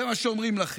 זה מה שאומרים לכם.